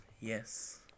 yes